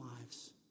lives